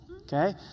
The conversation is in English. okay